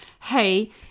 hey